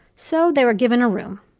so, they were given a room.